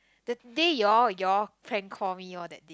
the day you all you all prank call me orh that day